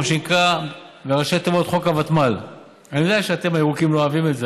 מה שנקרא "חוק הוותמ"ל"; אני יודע שאתם הירוקים לא אוהבים את זה,